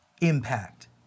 impact